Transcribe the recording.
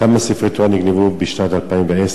3. כמה ספרי תורה נגנבו בשנת 2010,